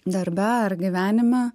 darbe ar gyvenime